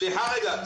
סליחה, רגע.